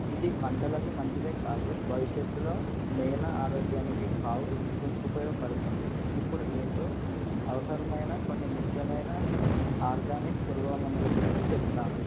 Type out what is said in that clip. ఇది పంటలకు మంచిదే కాదు భవిష్యత్తులో నేల ఆరోగ్యానికి బాగా ఉపయోగపడుతుంది ఇప్పుడు మీకు అవసరమైన కొన్ని ముఖ్యమైన ఆర్గానిక్ పురుగుల మందుల గురించి చెప్తాను